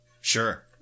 Sure